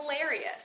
hilarious